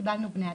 קיבלנו בני אדם".